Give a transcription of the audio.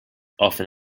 often